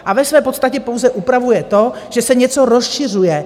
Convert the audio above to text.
A ve své podstatě pouze upravuje to, že se něco rozšiřuje.